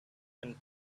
and